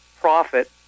profit